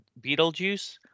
Beetlejuice